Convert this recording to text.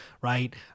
Right